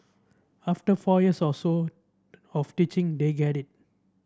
after four years or so of teaching they get it